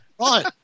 right